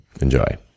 Enjoy